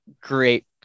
great